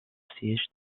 siège